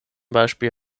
beispiel